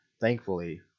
thankfully